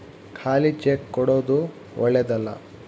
ಖಾಲಿ ಚೆಕ್ ಕೊಡೊದು ಓಳ್ಳೆದಲ್ಲ